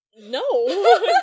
no